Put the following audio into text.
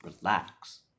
relax